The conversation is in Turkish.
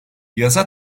yasa